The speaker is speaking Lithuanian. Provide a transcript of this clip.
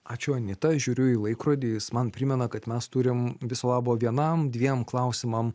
ačiū anita žiūriu į laikrodį jis man primena kad mes turim viso labo vienam dviem klausimam